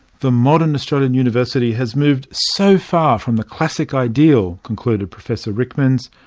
the modern australian university has moved so far from the classic ideal, concluded professor ryckmans,